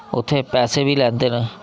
उत्थै पैसे बी लैंदे न